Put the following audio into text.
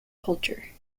culture